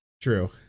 True